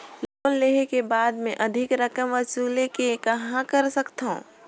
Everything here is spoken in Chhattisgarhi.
लोन लेहे के बाद मे अधिक रकम वसूले के कहां कर सकथव?